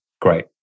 great